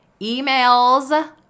Emails